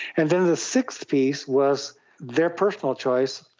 and then the sixth piece was their personal choice,